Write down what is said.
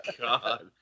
God